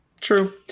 true